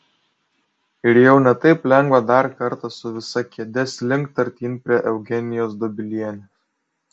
ir jau ne taip lengva dar kartą su visa kėde slinkt artyn prie eugenijos dobilienės